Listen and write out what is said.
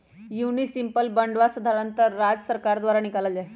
municipal बांडवा साधारणतः राज्य सर्कार द्वारा निकाल्ल जाहई